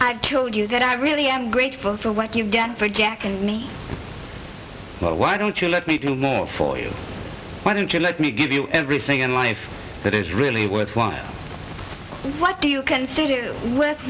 i'd killed you that i really am grateful for what you've done for jack and me oh why don't you let me do more for you why don't you let me give you everything in life that is really worthwhile what do you consider w